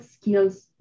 skills